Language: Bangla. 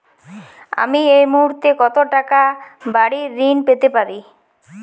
আমি এই মুহূর্তে কত টাকা বাড়ীর ঋণ পেতে পারি?